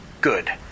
good